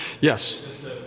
Yes